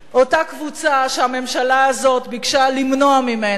אותה קבוצה, שהממשלה הזאת ביקשה למנוע ממנה לחתן,